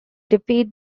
defeat